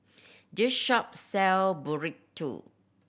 this shop sell Burrito